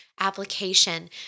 application